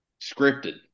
scripted